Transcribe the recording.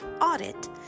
audit